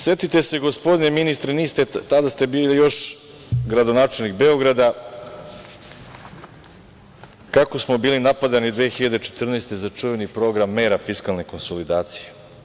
Setite se, gospodine ministre, tada ste bili još gradonačelnik Beograda, kako smo bili napadani 2014. godine za čuveni program mera fiskalne konsolidacije.